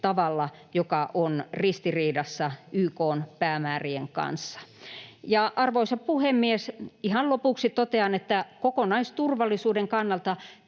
tavalla, joka on ristiriidassa YK:n päämäärien kanssa. Arvoisa puhemies! Ihan lopuksi totean, että kokonaisturvallisuuden kannalta